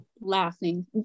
laughing